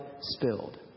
spilled